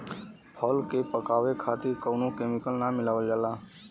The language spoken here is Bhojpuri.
फल के पकावे खातिर कउनो केमिकल ना मिलावल जाला